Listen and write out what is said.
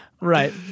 Right